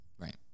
Right